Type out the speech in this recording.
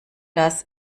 das